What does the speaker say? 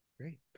Great